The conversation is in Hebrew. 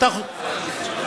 תקשיב מה